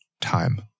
time